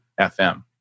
FM